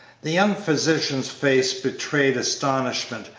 the young physician's face betrayed astonishment,